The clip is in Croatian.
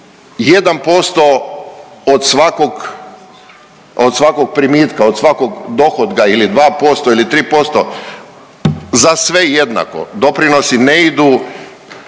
od svakog primitka, od svakog dohotka ili 2% ili 3% za sve jednako. Doprinosi ne idu,